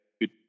good